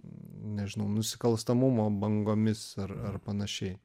nežinau nusikalstamumo bangomis ar ar panašiai